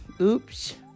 oops